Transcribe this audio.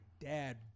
dad